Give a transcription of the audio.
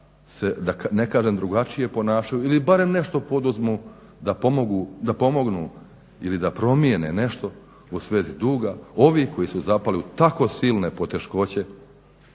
da ne kažem, drugačije ponašaju ili barem nešto poduzmu da pomognu ili da promijene nešto u svezi duga. Ovi koji su zapali u tako silne poteškoće,